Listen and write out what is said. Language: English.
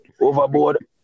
overboard